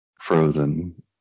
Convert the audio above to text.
frozen